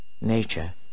Nature